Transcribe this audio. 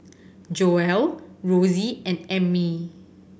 Joelle Rossie and Ammie